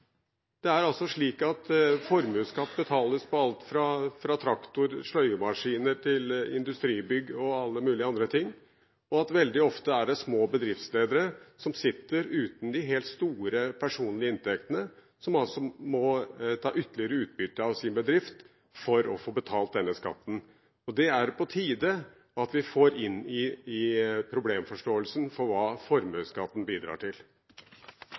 Det er altså slik at formuesskatt betales på alt fra traktor og sløyemaskiner til industribygg og alle mulige andre ting, og veldig ofte er det små bedriftsledere som sitter uten de helt store personlige inntektene, som må ta ytterligere utbytte fra sin bedrift for å få betalt denne skatten. Det er det på tide at vi får inn i problemforståelsen av hva formuesskatten bidrar til.